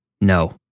No